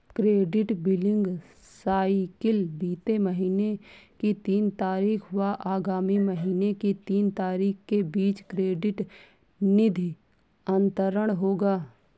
credit billing cycle बीते महीने की तीन तारीख व आगामी महीने की तीन तारीख के बीच क्रेडिट निधि अंतरण होगा